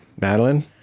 Madeline